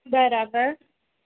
બરાબર